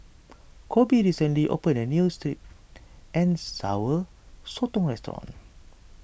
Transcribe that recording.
Koby recently opened a New Sweet and Sour Sotong Restaurant